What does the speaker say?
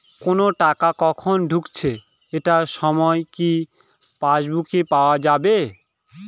কোনো টাকা কখন ঢুকেছে এটার সময় কি পাসবুকে পাওয়া যাবে?